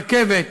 רכבת,